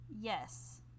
Yes